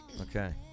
Okay